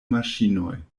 maŝinoj